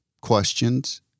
questions